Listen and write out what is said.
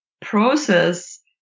process